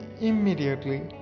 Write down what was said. immediately